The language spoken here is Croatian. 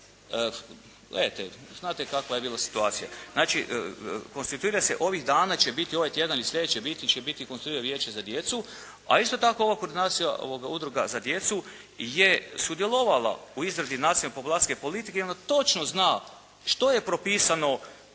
znate kakva je bila situacija. Znači, konstituira se. Ovih dana će biti, ovaj tjedan i slijedeći će biti konstituirano Vijeće za djecu a isto tako ova Koordinacija udruga za djecu je sudjelovala u izradi nacionalne populacijske politike i ona točno zna što je propisano